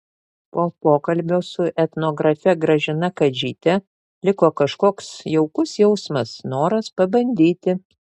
po pokalbio su etnografe gražina kadžyte liko kažkoks jaukus jausmas noras pabandyti